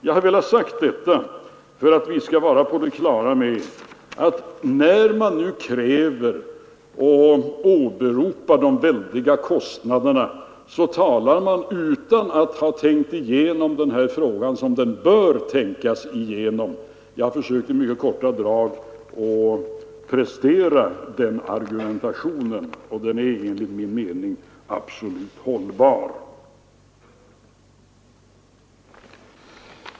Jag har velat säga detta för att vi skall vara på det klara med att de som åberopar de väldiga kostnaderna gör detta utan att ha tänkt igenom denna fråga på ett riktigt sätt. Den argumentation som jag nu i mycket korta drag försökt prestera är enligt min mening absolut hållbar.